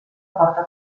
porta